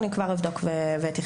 אני כבר אבדוק ואתייחס.